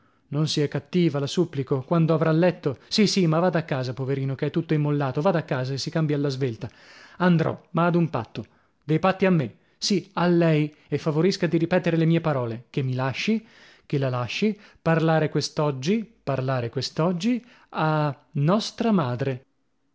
non sia cattiva la supplico quando avrà letto sì sì ma vada a casa poverino che è tutto immollato vada a casa e si cambi alla svelta andrò ma ad un patto dei patti a me sì a lei e favorisca di ripetere le mie parole che mi lasci che la lasci parlare quest'oggi parlare quest'oggi a nostra madre